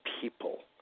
people